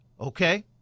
okay